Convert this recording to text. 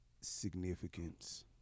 significance